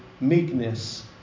meekness